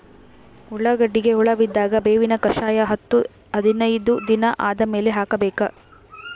ಉಳ್ಳಾಗಡ್ಡಿಗೆ ಹುಳ ಬಿದ್ದಾಗ ಬೇವಿನ ಕಷಾಯ ಹತ್ತು ಹದಿನೈದ ದಿನ ಆದಮೇಲೆ ಹಾಕಬೇಕ?